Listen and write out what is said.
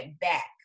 back